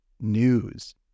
news